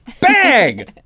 Bang